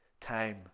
time